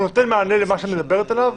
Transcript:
הוא נותן מענה למה שאת מדברת עליו,